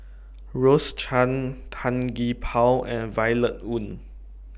Rose Chan Tan Gee Paw and Violet Oon